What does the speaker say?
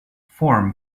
form